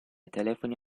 telefoni